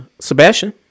Sebastian